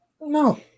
No